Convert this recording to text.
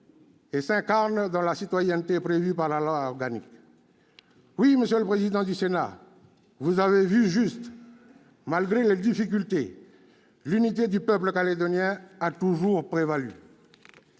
et s'incarne dans la citoyenneté inscrite dans la loi organique du 19 mars 1999. » Oui, monsieur le président du Sénat, vous avez vu juste : malgré les difficultés, « l'unité du peuple calédonien » a toujours prévalu.